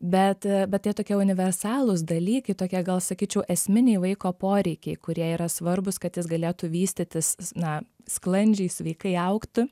bet bet tie tokie universalūs dalykai tokie gal sakyčiau esminiai vaiko poreikiai kurie yra svarbūs kad jis galėtų vystytis na sklandžiai sveikai augtų